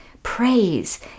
Praise